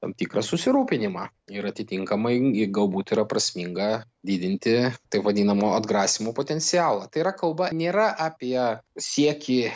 tam tikrą susirūpinimą ir atitinkamai jei galbūt yra prasminga didinti taip vadinamo atgrasymo potencialą tai yra kalba nėra apie siekį